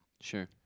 Sure